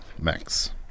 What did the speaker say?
Max